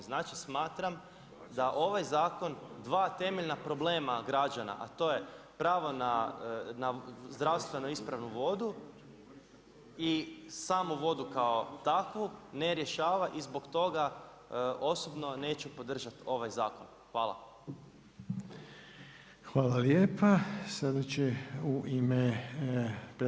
Znači, smatram da ovaj zakon ima dva temeljna problema građana, a to je pravo na zdravstveno ispravnu vodu i samu vodu kao takvu ne riješava i zbog toga osobno, neću podržati ovaj zakon.